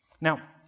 Now